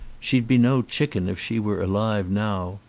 she'd be no chicken if she were alive now.